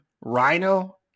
Rhino